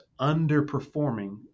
underperforming